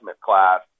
class